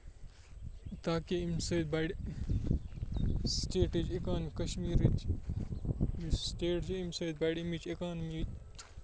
تاکہِ اَمہِ سۭتۍ بَڑِ سِٹیٹٕچ اِکانمی کَشمیٖرٕچ یُس سِٹیٹ چھُ اَمہِ سۭتۍ بَڑِ اَمِچ اِکانمی